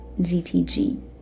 GTG